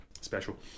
special